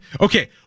okay